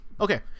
Okay